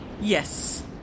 Yes